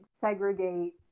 segregate